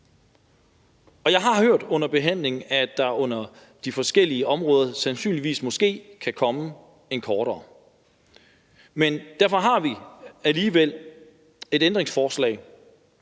år. Jeg har under behandlingen hørt, at der under de forskellige områder sandsynligvis kan komme en kortere periode. Men vi har alligevel et ændringsforslag,